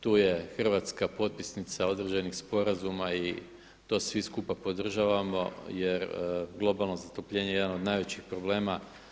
Tu je Hrvatska potpisnica određenih sporazuma i to svi skupa podržavamo jer globalno zatopljenje je jedan od najvećih probleme.